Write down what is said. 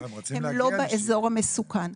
הם לא באזור המסוכן.